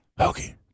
Okay